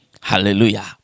hallelujah